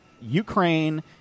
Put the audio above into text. Ukraine